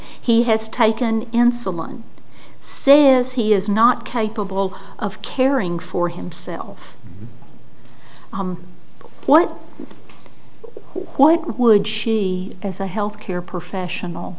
he has taken insulin says he is not capable of caring for himself what what would she as a health care professional